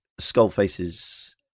Skullface's